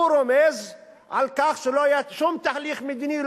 הוא רומז על כך שלא יהיה שום תהליך מדיני.